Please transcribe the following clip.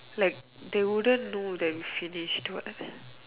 like they wouldn't know that we finished what